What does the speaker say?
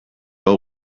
hau